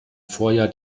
vorjahr